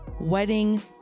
wedding